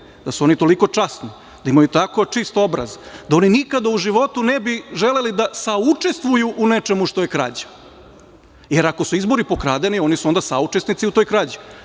pošteni, toliko časni, da imaju tako čist obraz da oni nikada u životu ne bi želeli da saučestvuju u nečemu što je krađa, jer ako su izbori pokradeni, onda su oni saučesnici u toj krađi.